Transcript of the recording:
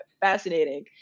Fascinating